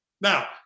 Now